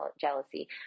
jealousy